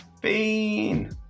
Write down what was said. Bean